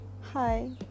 Hi